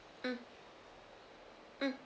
mm mm